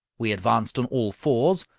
we advanced on all fours,